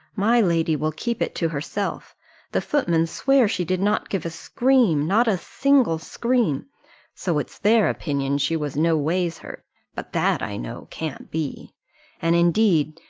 my lady will keep it to herself the footmen swear she did not give a scream, not a single scream so it's their opinion she was no ways hurt but that, i know, can't be and, indeed,